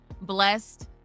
blessed